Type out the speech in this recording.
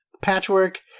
Patchwork